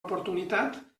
oportunitat